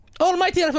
Almighty